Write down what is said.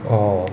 orh